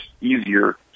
easier